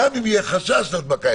שאין להם שום הגדרות מה קורה במגפה.